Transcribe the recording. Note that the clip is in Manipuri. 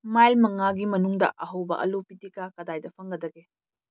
ꯃꯥꯏꯜ ꯃꯉꯥꯒꯤ ꯃꯅꯨꯡꯗ ꯑꯍꯥꯎꯕ ꯑꯥꯂꯨ ꯄꯤꯇꯤꯀꯥ ꯀꯗꯥꯏꯗ ꯐꯪꯒꯗꯒꯦ